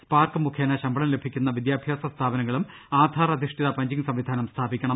spark മുഖേന ശമ്പളം ലഭിക്കുന്ന വിദ്യാഭ്യാസ സ്ഥാപന ങ്ങളും ആധാർ അധിഷ്ഠിത പഞ്ചിങ്ങ് സംവിധാനം സ്ഥാപിക്കണം